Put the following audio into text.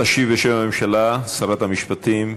תשיב בשם הממשלה שרת המשפטים,